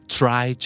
try